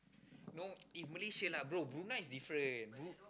no if Malaysia lah bro Brunei is different